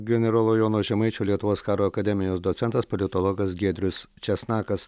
generolo jono žemaičio lietuvos karo akademijos docentas politologas giedrius česnakas